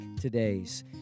today's